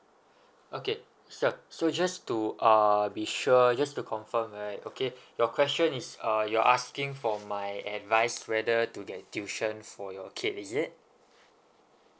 okay sir so just to uh be sure just to confirm right okay your question is uh you're asking for my advice whether to the tuitions for your kid is it